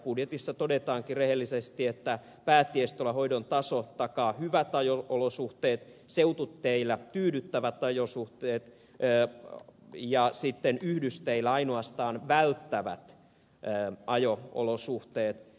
budjetissa todetaankin rehellisesti että päätiestöllä hoidon taso takaa hyvät ajo olosuhteet seututeillä tyydyttävät ajo olosuhteet ja yhdysteillä ainoastaan välttävät ajo olosuhteet